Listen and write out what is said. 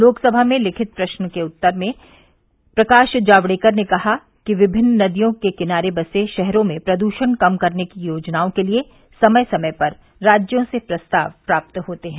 लोकसभा में लिखित उत्तर में प्रकाश जावडेकर ने कहा कि विभिन्न नदियों के किनारे बसे शहरों में प्रदूषण कम करने की योजनाओं के लिए समय समय पर राज्यों से प्रस्ताव प्राप्त होते हैं